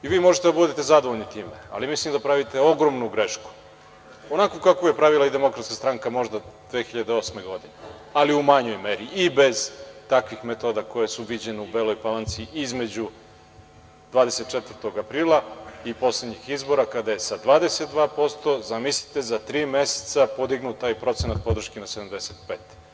Vi možete da bude zadovoljni time, ali mislim da pravite ogromnu grešku, onakvu kakvu je pravila i Demokratska stranka možda 2008. godine, ali u manjoj meri i bez takvih metoda koje su viđene u Beloj Palanci između 24. aprila i poslednjih izbora, kada je sa 22%, zamislite, za tri meseca podignut taj procenat podrške na 75%